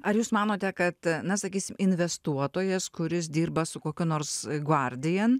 ar jūs manote kad na sakysim investuotojas kuris dirba su kokiu nors guardian